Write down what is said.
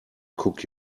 cook